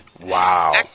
Wow